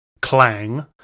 Clang